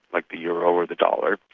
like the euro or the dollar.